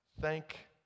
Thank